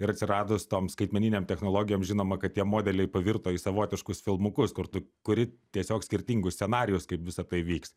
ir atsiradus tom skaitmeninėm technologijom žinoma kad tie modeliai pavirto į savotiškus filmukus kur tu kuri tiesiog skirtingus scenarijus kaip visa tai vyks